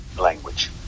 language